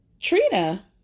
Trina